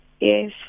Yes